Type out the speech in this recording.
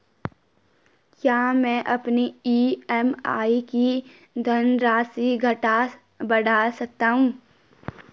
क्या मैं अपनी ई.एम.आई की धनराशि घटा बढ़ा सकता हूँ?